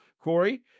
Corey